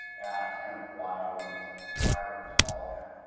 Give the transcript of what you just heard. at kind of why i wanted to why i wanted to follow him